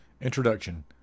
Introduction